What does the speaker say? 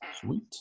Sweet